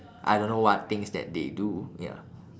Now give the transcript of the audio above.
I don't know what things that they do ya